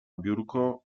biurko